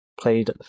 played